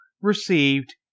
received